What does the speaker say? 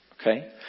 Okay